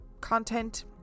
content